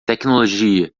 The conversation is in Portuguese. tecnologia